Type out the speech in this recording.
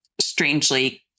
strangely